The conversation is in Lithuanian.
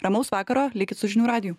ramaus vakaro likit su žinių radiju